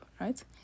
right